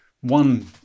one